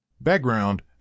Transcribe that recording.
Background